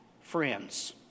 friends